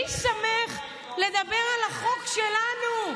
מי שמך לדבר על החוק שלנו,